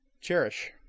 Cherish